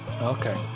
okay